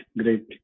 great